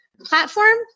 platform